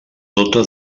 tota